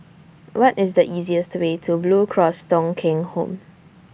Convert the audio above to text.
What IS The easiest Way to Blue Cross Thong Kheng Home